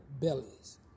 bellies